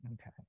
Okay